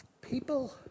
People